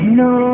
no